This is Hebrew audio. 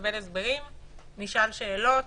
נקבל הסברים ונשאל שאלות.